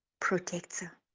protector